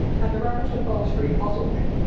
and the reference to bow street puzzled me.